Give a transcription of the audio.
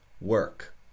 work